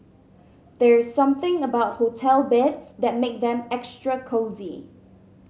there's something about hotel beds that makes them extra cosy